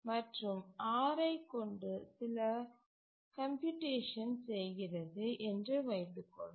மற்றும் R ஐ கொண்டு சில கம்புடேஷன் செய்கிறது என்று வைத்துக்கொள்வோம்